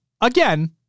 again